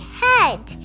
head